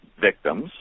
victims